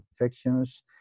infections